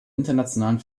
internationalen